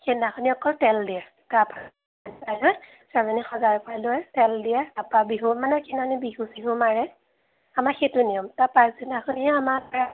সেইদিনাখনি অকল তেল দিয়ে তাৰ পৰা ছোৱালীজনী সজাই পৰাই লৈ তেল দিয়ে তাৰ পৰা বিহু বিহু চিহু মাৰে আমাৰ সেইটো নিয়ম তাৰ পাছদিনাখন আমাৰ প্ৰায়